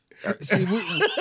See